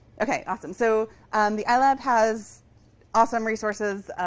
ok, awesome. so the ilab has awesome resources.